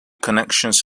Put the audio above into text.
connections